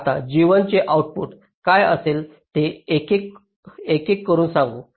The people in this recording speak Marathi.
आता G1 चे आउटपुट काय असेल ते एकेक करून सांगू